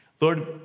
Lord